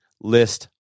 list